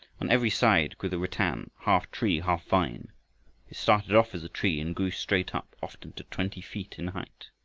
on every side grew the rattan, half tree, half vine. it started off as a tree and grew straight up often to twenty feet in height,